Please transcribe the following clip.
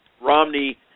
Romney